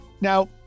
Now